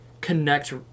connect